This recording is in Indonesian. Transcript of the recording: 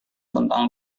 tentang